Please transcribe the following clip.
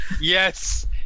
yes